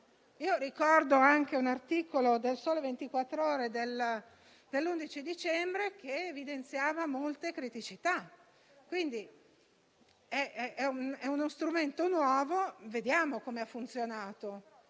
Ricordo un articolo de «Il Sole 24 Ore» dell'11 dicembre, che evidenziava molte criticità. È uno strumento nuovo e quindi vediamo come ha funzionato,